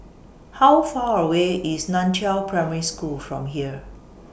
How Far away IS NAN Chiau Primary School from here